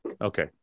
Okay